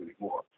anymore